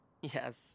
Yes